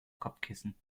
kopfkissen